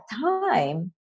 time